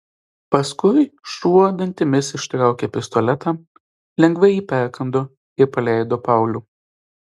paskui šuo dantimis ištraukė pistoletą lengvai jį perkando ir paleido paulių